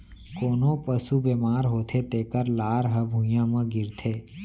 कोनों पसु बेमार होथे तेकर लार ह भुइयां म गिरथे